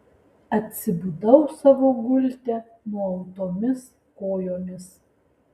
atsibudau savo gulte nuautomis kojomis